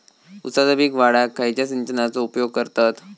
ऊसाचा पीक वाढाक खयच्या सिंचनाचो उपयोग करतत?